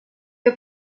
que